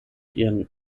ihren